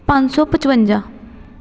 ਪੰਜ ਸੌ ਪਚਵੰਜਾ